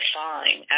fine